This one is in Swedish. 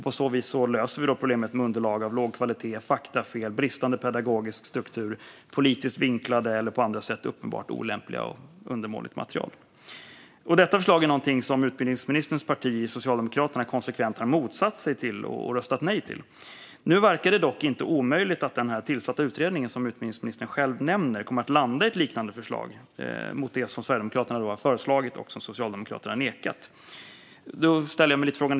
På så sätt löser vi problemet med underlag med låg kvalitet, faktafel, bristande pedagogisk struktur eller politisk vinkel - eller annat olämpligt och undermåligt material. Detta förslag har utbildningsministerns parti, Socialdemokraterna, konsekvent motsatt sig och röstat nej till. Nu verkar det dock inte omöjligt att den utredning som utbildningsministern själv nämner kommer att landa i ett liknande förslag som Sverigedemokraternas.